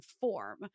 form